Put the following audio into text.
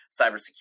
cybersecurity